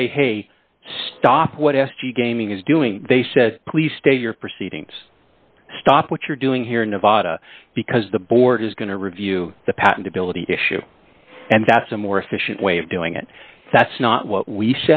say hey stop what s g i gaming is doing they said please state your proceedings stop what you're doing here in nevada because the board is going to review the patentability issue and that's a more efficient way of doing it that's not what we